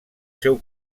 seu